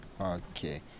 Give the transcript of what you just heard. Okay